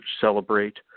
celebrate